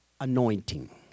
anointing